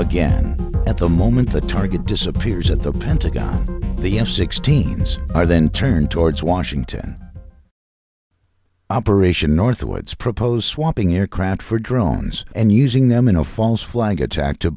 again at the moment the target disappears at the pentagon the f sixteen s are then turned towards washington operation northwoods proposed swapping aircraft for drones and using them in a false flag attack to